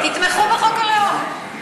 תתמכו בחוק הלאום.